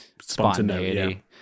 spontaneity